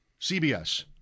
CBS